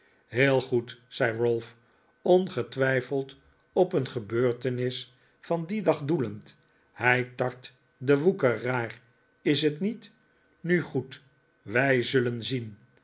heel goed zei ralph ongetwijfeld op een gebeurtenis van dien dag doelend hij tart den woekeraar is t niet nu goed wij zullen zien